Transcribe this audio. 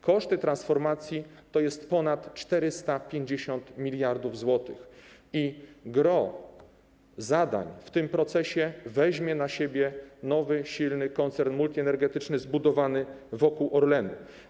Koszty transformacji to jest ponad 450 mld zł i gros zadań w tym procesie weźmie na siebie nowy, silny koncern multienergetyczny zbudowany wokół Orlenu.